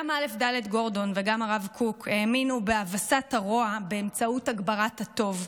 גם א"ד גורדון וגם הרב קוק האמינו בהבסת הרוע באמצעות הגברת הטוב,